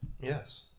Yes